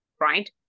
right